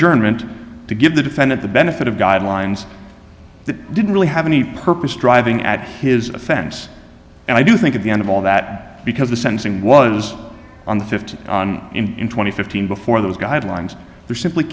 nment to give the defendant the benefit of guidelines that didn't really have any purpose driving at his offense and i do think at the end of all that because the sensing was on the fifteen and twenty fifteen before those guidelines there simply